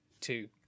two